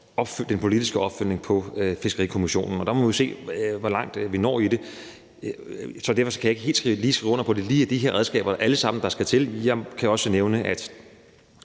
den politiske opfølgning på Fiskerikommissionen, og der må vi se, hvor langt vi når med det. Derfor kan jeg ikke lige skrive under på, at det lige er de her redskaber, der alle sammen skal til. Jeg kan nævne, at